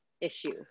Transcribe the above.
issue